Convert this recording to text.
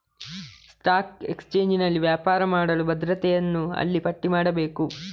stock ಎಕ್ಸ್ಚೇಂಜಿನಲ್ಲಿ ವ್ಯಾಪಾರ ಮಾಡಲು ಭದ್ರತೆಯನ್ನು ಅಲ್ಲಿ ಪಟ್ಟಿ ಮಾಡಬೇಕು